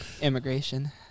Immigration